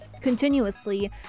continuously